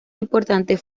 importante